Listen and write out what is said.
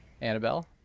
Annabelle